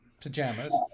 pajamas